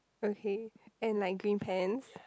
okay and like green pants